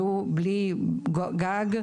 בלי גג,